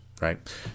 Right